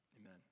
Amen